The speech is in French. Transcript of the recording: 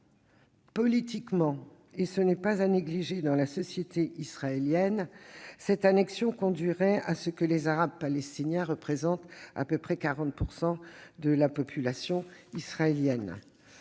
Politiquement- ce n'est pas à négliger dans la société israélienne -, cette annexion aurait pour conséquence que les Arabes palestiniens représenteraient environ 40 % de la population israélienne.